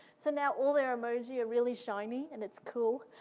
so now all their emoji are really shiny, and it's cool.